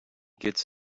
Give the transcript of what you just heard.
gets